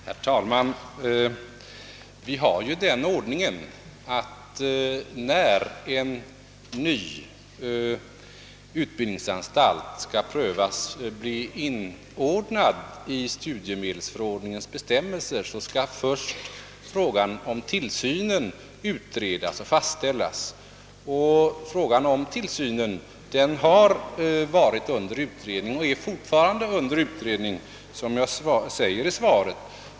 Herr talman! Vi har den ordningen att när en ny utbildningsanstalt föreslås bli inordnad i studiemedelsförordningens bestämmelser skall först frågan om tillsyn utredas och regler därför fastställas. Detta spörsmål har varit under utredning och är det fortfarande, som jag framhållit i svaret.